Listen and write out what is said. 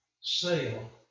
sale